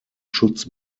schutz